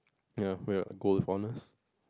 ya we got gold with honours